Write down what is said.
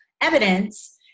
evidence